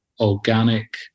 organic